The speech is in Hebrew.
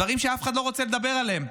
דברים שאף אחד לא רוצה לדבר עליהם,